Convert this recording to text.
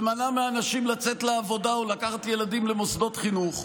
ומנעה מאנשים לצאת לעבודה או לקחת ילדים למוסדות חינוך.